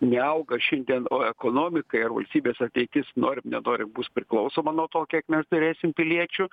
neauga šiandien o ekonomikai ar valstybės ateitis norim nenorim bus priklausoma nuo to kiek mes turėsim piliečių